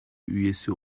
üyesi